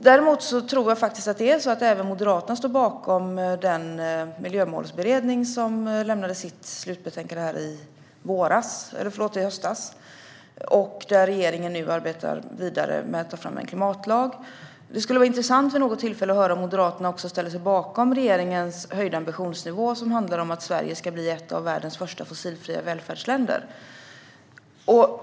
Jag tror att även Moderaterna står bakom den miljömålsberedning som lämnade sitt slutbetänkande i höstas. Regeringen arbetar nu vidare med att ta fram en klimatlag. Det skulle vara intressant att vid något tillfälle få höra om Moderaterna också ställer sig bakom regeringens höjda ambitionsnivå, som handlar om att Sverige ska bli ett av världens första fossilfria välfärdsländer.